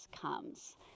comes